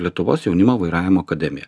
lietuvos jaunimo vairavimo akademija